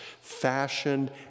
fashioned